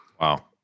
Wow